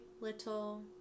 little